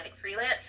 freelance